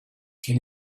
can